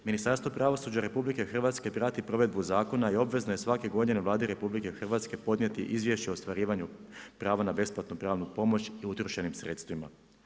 Ministarstvo pravosuđa RH prati provedbu zakona i obvezano je svake godine Vladi RH izvješće o ostvarivanju prava na besplatnu pravnu pomoć i utrošenim sredstvima.